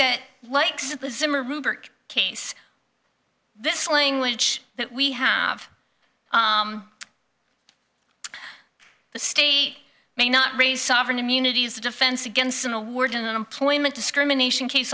that case this language that we have the state may not raise sovereign immunity as a defense against an award in an employment discrimination case